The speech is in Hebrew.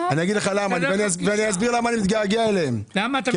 אני אגיד לך למה, אני אסביר למה אני מתגעגע אליהם.